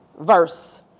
verse